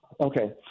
Okay